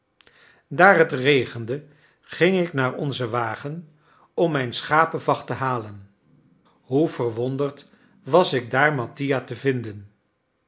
daar het regende ging ik naar onzen wagen om mijn schapevacht te halen hoe verwonderd was ik daar mattia te vinden